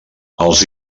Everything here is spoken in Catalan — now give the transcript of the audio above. els